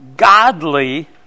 Godly